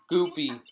Goopy